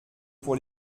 pour